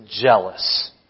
jealous